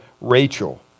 Rachel